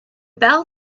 bell